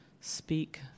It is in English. speak